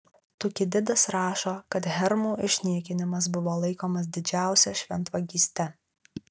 tukididas rašo kad hermų išniekinimas buvo laikomas didžiausia šventvagyste